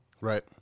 right